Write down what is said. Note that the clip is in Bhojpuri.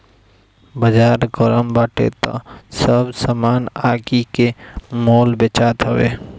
बाजार गरम बाटे तअ सब सामान आगि के मोल बेचात हवे